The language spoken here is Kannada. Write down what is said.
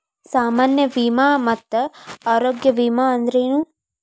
ಸಾಮಾನ್ಯ ವಿಮಾ ಮತ್ತ ಆರೋಗ್ಯ ವಿಮಾ ಅಂದ್ರೇನು?